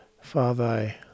Father